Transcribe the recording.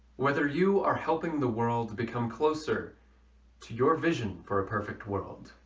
whether you are helping the world become closer to your vision for a perfect world.